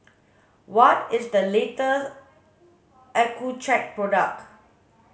what is the latest Accucheck product